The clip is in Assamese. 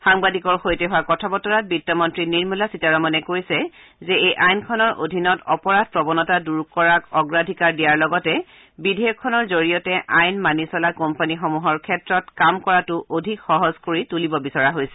সাংবাদিকৰ সৈতে হোৱা কথা বতৰাত বিত্ত মন্ত্ৰী নিৰ্মলা সীতাৰমণে কয় যে এই আইনখনৰ অধীনত অপৰাধ প্ৰৱণতা দূৰ কৰাক অগ্ৰাধিকাৰ দিয়াৰ লগতে বিধেয়কখনৰ জৰিয়তে আইন মানি চলা কৰ্পোৰেটসমূহৰ ক্ষেত্ৰত কাম কৰাটো অধিক সহজ কৰি তুলিব বিচৰা হৈছে